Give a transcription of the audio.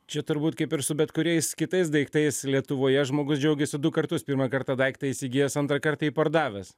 čia turbūt kaip ir su bet kuriais kitais daiktais lietuvoje žmogus džiaugiasi du kartus pirmą kartą daiktą įsigijęs antrą kartą jį pardavęs